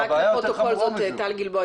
טל,